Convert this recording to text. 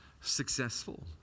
successful